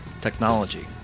technology